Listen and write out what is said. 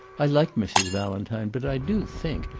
i like mrs. valentine, but i do think,